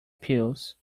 pills